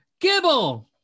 Gibble